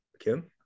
Kim